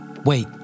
Wait